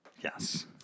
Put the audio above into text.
Yes